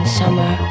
summer